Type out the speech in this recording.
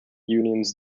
unions